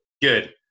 Good